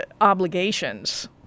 obligations